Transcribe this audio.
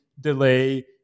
delay